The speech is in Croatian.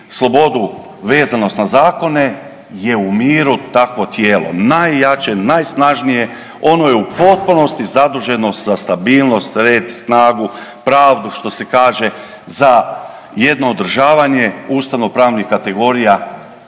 slobodu, vezanost na zakone, je u miru takvo tijelo najjače, najsnažnije, ono je u potpunosti zaduženo za stabilnost, red, snagu, pravdu što se kaže za jedno održavanje ustavno pravnih kategorija